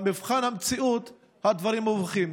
במבחן המציאות הדברים גוברים,